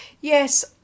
Yes